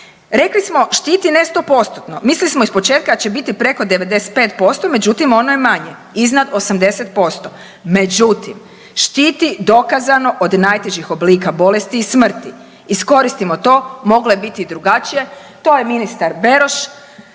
rekli smo štiti ne sto postotno. Mislili smo da će iz početka da će biti preko 95%, međutim ono je manje, iznad 80%. Međutim, štiti dokazano od najtežih oblika bolesti i smrti. Iskoristimo to, moglo je biti drugačije. To je ministar Beroš